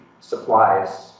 supplies